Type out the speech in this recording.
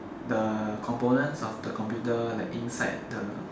the components of the computer like inside the